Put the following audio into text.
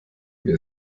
mir